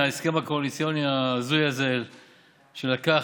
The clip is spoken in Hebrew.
ההסכם הקואליציוני ההזוי הזה שרקח,